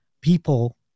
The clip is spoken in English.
people